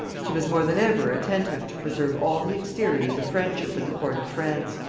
she was more than ever attentive to preserve all the exteriors of friendship with the court of france.